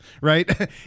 right